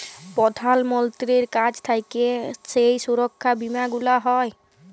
প্রধাল মন্ত্রীর কাছ থাক্যে যেই সুরক্ষা বীমা গুলা হ্যয়